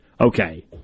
okay